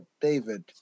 David